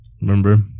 Remember